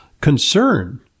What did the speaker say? concern